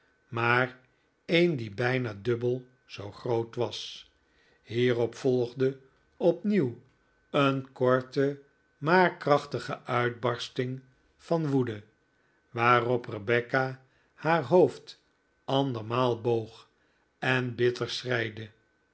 maar een die bijna dubbel zoo groot was hierop volgde opnieuw een korte maar krachtige uitbarsting van woede waarop rebecca haar hoofd ahdermaal boog en bitter